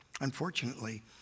unfortunately